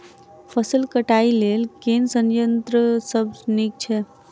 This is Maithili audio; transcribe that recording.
फसल कटाई लेल केँ संयंत्र सब नीक छै?